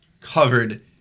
covered